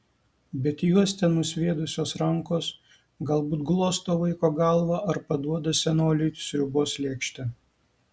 bet juos ten nusviedusios rankos galbūt glosto vaiko galvą ar paduoda senoliui sriubos lėkštę